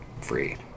free